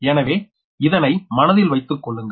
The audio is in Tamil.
எனவே இதனை மனதில் வைத்துக்கொள்ளுங்கள்